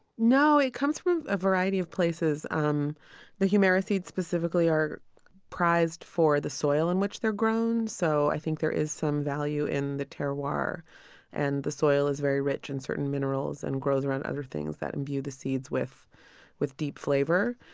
no, it comes from a variety of places. um the humera seeds specifically are prized for the soil in which they're grown, so i think there is some value in the terroir. and the soil is very rich in certain minerals and grows other things that imbue the seeds with with deep flavor.